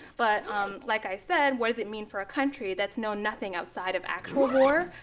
but um like i said, what does it mean for a country that's known nothing outside of actual war,